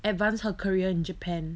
advance her career in japan